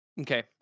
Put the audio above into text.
Okay